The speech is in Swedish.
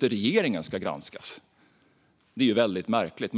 regeringen från att granskas är märkligt.